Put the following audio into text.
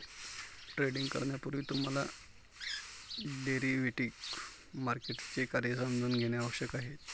trading करण्यापूर्वी तुम्हाला derivative मार्केटचे कार्य समजून घेणे आवश्यक आहे